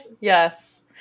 Yes